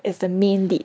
is the main lead